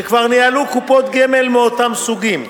שכבר ניהלו קופות גמל מאותם סוגים,